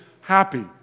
happy